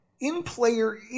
In-player